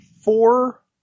four